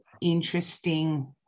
interesting